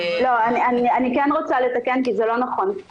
אני רוצה לתקן כי זה לא נכון.